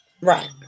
Right